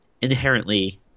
inherently